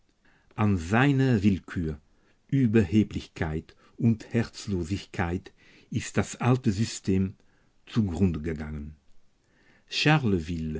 an seiner willkür überheblichkeit und herzlosigkeit ist das alte system zugrunde gegangen charleville